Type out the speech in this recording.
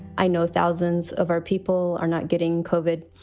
i know thousands of our people are not getting covered.